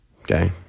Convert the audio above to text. Okay